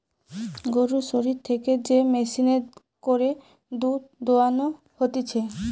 গরুর শরীর থেকে যে মেশিনে করে দুধ দোহানো হতিছে